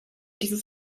dieses